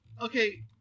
Okay